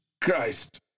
Christ